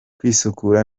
kwisukura